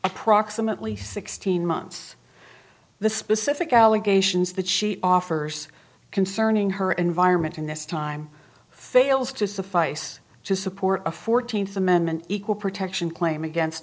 approximately sixteen months the specific allegations that she offers concerning her environment in this time fails to suffice to support a fourteenth amendment equal protection claim against